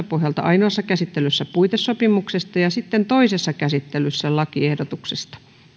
pohjalta ainoassa käsittelyssä puitesopimuksesta ja sitten toisessa käsittelyssä lakiehdotuksesta